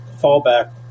fallback